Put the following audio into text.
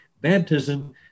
baptism